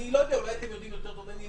אני לא יודע, אולי אתם יודעים יותר ממני.